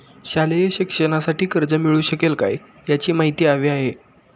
शालेय शिक्षणासाठी कर्ज मिळू शकेल काय? याची माहिती हवी आहे